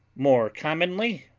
more commonly,